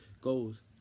goals